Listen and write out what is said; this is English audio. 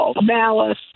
Malice